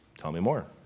tell me more,